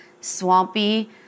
swampy